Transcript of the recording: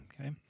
okay